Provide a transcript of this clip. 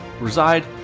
reside